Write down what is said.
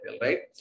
right